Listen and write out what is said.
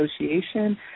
Association